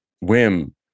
Whim